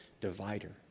divider